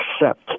accept